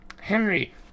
Henry